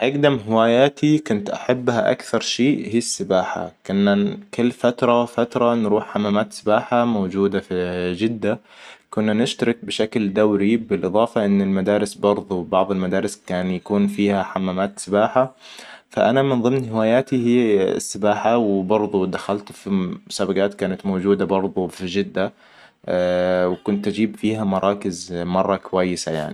أقدم هواياتي كنت احبها أكثر شيء هي السباحة. كنا كل فترة فترة نروح حمامات سباحة موجودة في جدة. كنا نشترك بشكل دوري بالإضافة ان المدارس برضو بعض المدارس كان يكون فيها حمامات سباحة. فأنا من ضمن هواياتي هي السباحة وبرضو دخلت في مسابقات كانت موجودة برضو في جدة. وكنت اجيب فيها مراكز مرة كويسة يعني